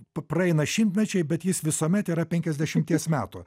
praeina šimtmečiai bet jis visuomet yra penkiasdešimties metų